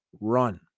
run